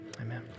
amen